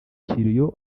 kiriyo